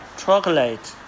chocolate